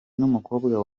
n’umukobwa